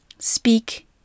speak